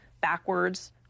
backwards